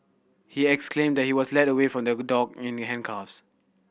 he exclaimed that he was led away from the dock in handcuffs